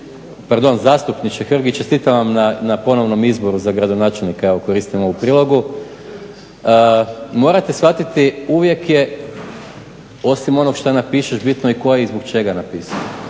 pardon zastupniče Hrg i čestitam vam na ponovnom izboru za gradonačelnika, evo koristim ovu prigodu, morate shvatiti uvijek je osim onog što napišeš bitno i tko je i zbog čega napisao.